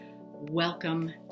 Welcome